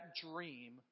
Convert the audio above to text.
dream